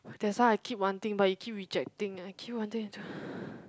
that's why I keep wanting but you keep rejecting I keep wanting to